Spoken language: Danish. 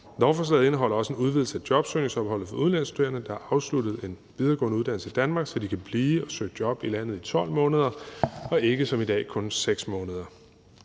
Lovforslaget indeholder også en udvidelse af jobsøgningsopholdet for udenlandske studerende, der har afsluttet en videregående uddannelse i Danmark, så de kan blive og søge job i landet i 12 måneder og ikke som i dag kun 6 måneder.